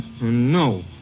No